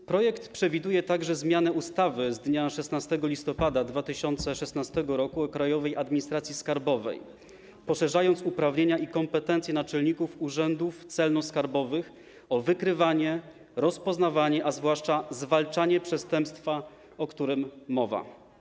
W projekcie przewiduje się także zmianę ustawy z dnia 16 listopada 2016 r. o Krajowej Administracji Skarbowej i poszerzenie uprawnień i kompetencji naczelników urzędów celno-skarbowych o wykrywanie, rozpoznawanie, a zwłaszcza zwalczanie przestępstwa, o którym mowa.